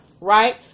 right